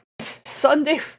Sunday